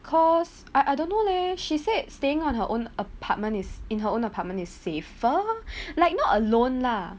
cause I I don't know leh she said staying on her own apartment is in her own apartment is safer like not alone lah